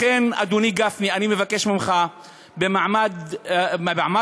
לכן, אדוני גפני, אני מבקש ממך במעמד הזה: